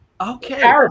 Okay